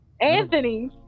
anthony